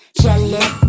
jealous